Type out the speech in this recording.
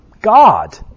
God